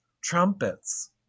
trumpets